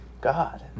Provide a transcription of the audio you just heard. God